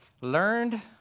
learned